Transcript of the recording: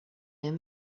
him